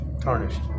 Tarnished